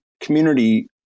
community